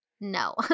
no